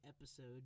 episode